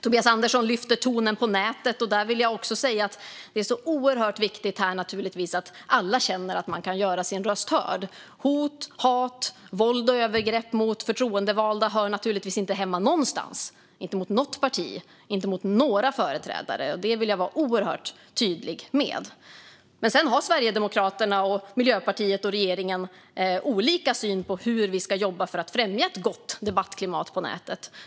Tobias Andersson lyfte hur tonen kan vara på nätet. Jag vill säga att det naturligtvis är oerhört viktigt att alla känner att man kan göra sin röst hörd. Hot, hat, våld och övergrepp mot förtroendevalda hör naturligtvis inte hemma någonstans - inte mot något parti, inte mot några företrädare - och det vill jag vara oerhört tydlig med. Sedan har Sverigedemokraterna och Miljöpartiet och regeringen olika syn på hur vi ska jobba för att främja ett gott debattklimat på nätet.